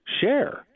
Share